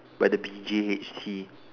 by the B_J_H_T